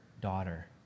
daughter